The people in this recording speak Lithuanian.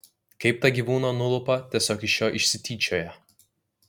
kaip tą gyvūną nulupa tiesiog iš jo išsityčioja